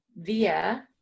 Via